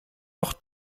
noch